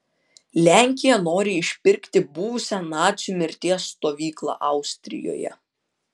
lenkija nori išpirkti buvusią nacių mirties stovyklą austrijoje